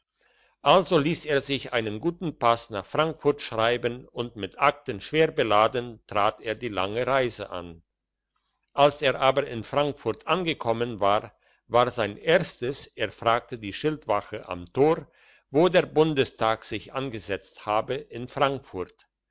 also liess er sich einen guten pass nach frankfurt schreiben und mit akten schwer beladen trat er die lange reise an als er aber in frankfurt angekommen war war sein erstes er fragte die schildwache am tor wo der bundestag sich angesetzt habe in frankfurt